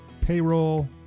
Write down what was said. Payroll